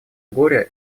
горе